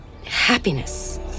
happiness